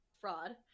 fraud